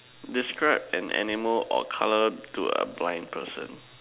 describe an animal or colour to a blind person